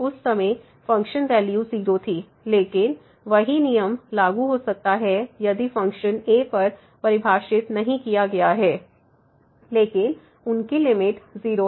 उस समय function value 0 थी लेकिन वही नियम लागू हो सकता है यदि फ़ंक्शन a पर परिभाषित नहीं किया गया है लेकिन उनकी लिमिट 0 हैं